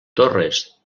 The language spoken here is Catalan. torres